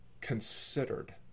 considered